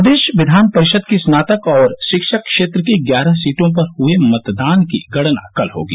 प्रदेश विधान परिषद की स्नातक और रिक्षक क्षेत्र की ग्यारह सीटों पर हये मतदान की गणना कल होगी